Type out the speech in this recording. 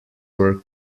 were